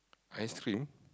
ice-cream